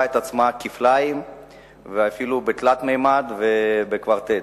את עצמה כפליים ואפילו בתלת-ממד ובקוורטט.